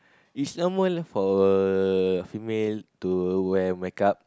it's normal for uh female to wear makeup